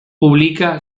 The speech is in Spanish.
publica